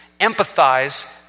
empathize